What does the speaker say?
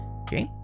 okay